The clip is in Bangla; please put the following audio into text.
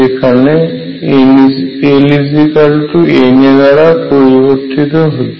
যেখানে LN a দ্বারা পরিবর্তীত হয়েছে